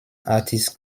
artist